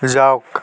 যাওক